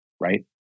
right